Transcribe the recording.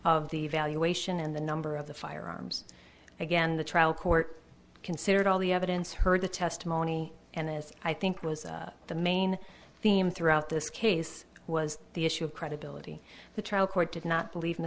of the evaluation in the number of the firearms again the trial court considered all the evidence heard the testimony and as i think was the main theme throughout this case was the issue of credibility the trial court did not believe